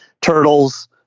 turtles